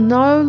no